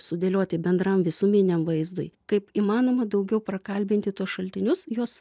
sudėlioti bendram visuminiam vaizdui kaip įmanoma daugiau prakalbinti tuos šaltinius juos